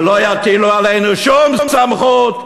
ולא יטילו עלינו שום סמכות,